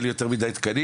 יהיה לי יותר מידי תקנים,